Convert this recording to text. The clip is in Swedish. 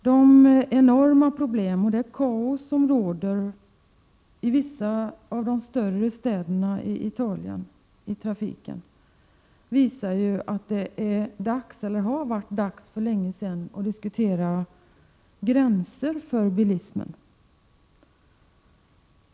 De enorma problem och det kaos som råder i trafiken i vissa av de större städerna i Italien visar att det är dags — eller att det har varit dags för länge sedan — att diskutera gränser för bilismen.